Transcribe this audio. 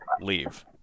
leave